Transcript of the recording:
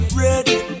ready